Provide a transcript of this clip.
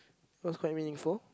it was quite meaningful